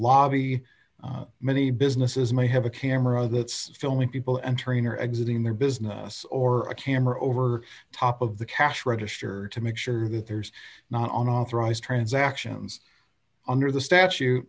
lobby many businesses may have a camera filming people entering or exiting their business or a camera over top of the cash register to make sure that there's not an authorized transactions under the statue